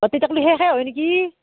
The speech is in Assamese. অঁ তেতিয়ালৈকে শেষেই হয় নেকি